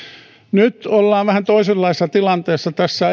nyt ollaan vähän toisenlaisessa tilanteessa tässä